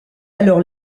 alors